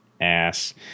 ass